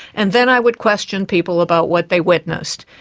and then i would question people about what they witnessed.